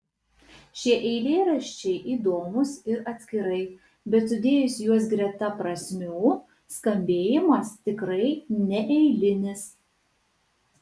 šie eilėraščiai įdomūs ir atskirai bet sudėjus juos greta prasmių skambėjimas tikrai neeilinis